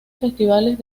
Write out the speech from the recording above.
festivales